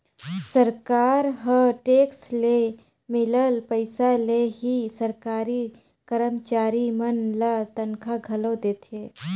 सरकार ह टेक्स ले मिलल पइसा ले ही सरकारी करमचारी मन ल तनखा घलो देथे